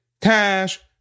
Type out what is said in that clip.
cash